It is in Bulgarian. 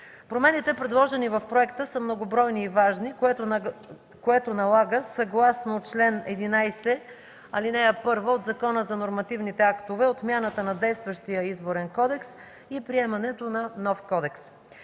Промените, предложени в проекта, са многобройни и важни, което налага съгласно чл. 11, ал. 1 от Закона за нормативните актове отмяната на действащия Изборен кодекс и приемането на нов.